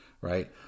right